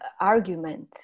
argument